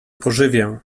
pożywię